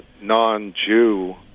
non-Jew